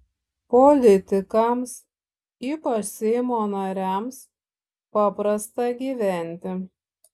politikams ypač seimo nariams paprasta gyventi